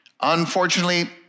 Unfortunately